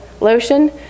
lotion